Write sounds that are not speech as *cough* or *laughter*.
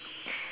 *breath*